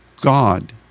God